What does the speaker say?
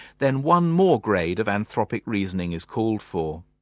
then one more grade of anthropic reasoning is called for.